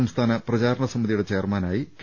സംസ്ഥാന പ്രചാ രണ സമിതിയുടെ ചെയർമാനായി കെ